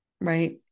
Right